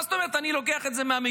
מה זאת אומרת אני לוקח את זה מהמגירה?